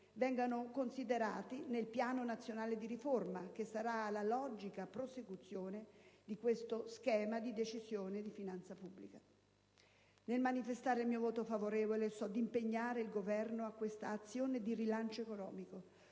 vengano considerati nel Piano nazionale di riforme che sarà la logica prosecuzione di questo schema di Decisione di finanza pubblica. Nel manifestare il mio voto favorevole, so di impegnare il Governo a questa azione di rilancio economico